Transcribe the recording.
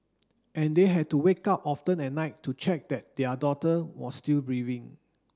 and they had to wake up often at night to check that their daughter was still breathing